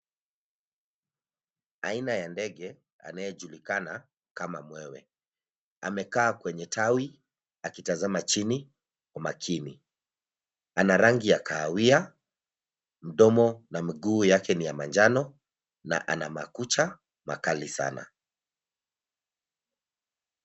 Aina ya ndege, anayejulikana, kama mwewe. Amekaa kwenye tawi, akitazama chini, kwa makini. Ana rangi ya kahawia, mdomo na mguu yake ni ya manjano, na ana makucha, makali sana.